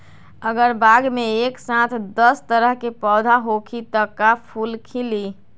अगर बाग मे एक साथ दस तरह के पौधा होखि त का फुल खिली?